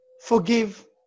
forgive